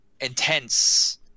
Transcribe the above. intense